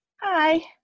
Hi